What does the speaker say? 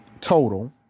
Total